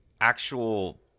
actual